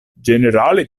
ĝenerale